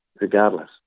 regardless